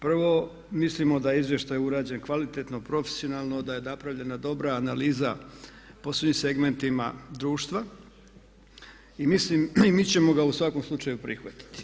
Prvo, mislimo da je izvještaj urađen kvalitetno, profesionalno, da je napravljena dobra analiza po svim segmentima društva i mi ćemo ga u svakom slučaju prihvatiti.